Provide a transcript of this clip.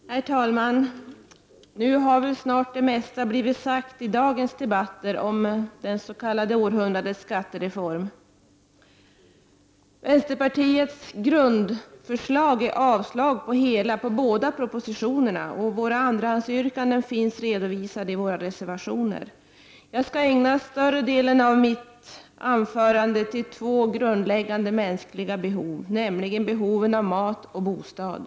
Herr talman! Nu har väl det mesta blivit sagt i dagens debatter om ”århundradets skattereform”. Vänsterpartiets grundyrkande är avslag på ut skottets hemställan i båda betänkandena, vilket innebär avslag på båda propositionerna. Våra andrahandsyrkanden finns redovisade i våra reservationer. Jag skall ägna största delen av mitt anförande till två grundläggande mänskliga behov, nämligen behoven av mat och bostad.